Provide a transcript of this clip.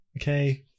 Okay